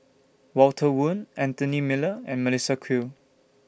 Walter Woon Anthony Miller and Melissa Kwee